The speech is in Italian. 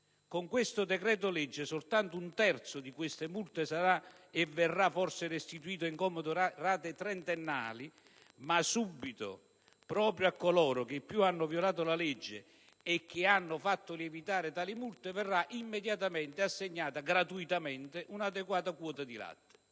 Con questo decreto-legge soltanto un terzo di queste multe verrà forse restituito in comode rate trentennali ma subito, immediatamente, proprio a coloro che più hanno violato la legge e che hanno fatto lievitare tali multe, verrà assegnata gratuitamente un'adeguata quota di latte.